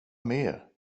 mer